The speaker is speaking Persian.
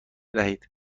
دهید